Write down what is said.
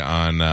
on